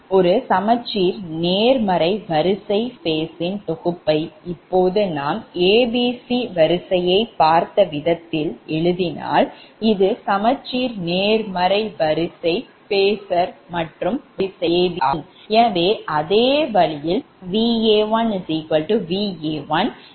ஒரு சமச்சீர் நேர்மறை வரிசை phaseன் தொகுப்பை இப்போது நாம் a b c வரிசையைப் பார்த்த விதத்தில் எழுதினால் இது சமச்சீர் நேர்மறை வரிசை phasor மற்றும் வரிசை abc ஆகும்